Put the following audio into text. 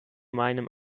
meinem